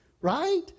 Right